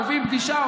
קובעים פגישה,